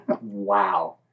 wow